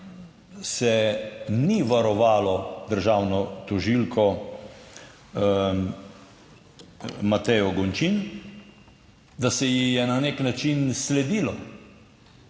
se ni varovalo državno tožilko Matejo Gončin, da se ji je na nek način sledilo.